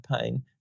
pain